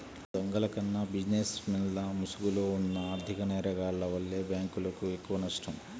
దొంగల కన్నా బిజినెస్ మెన్ల ముసుగులో ఉన్న ఆర్ధిక నేరగాల్ల వల్లే బ్యేంకులకు ఎక్కువనష్టం